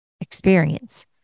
experience